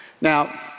Now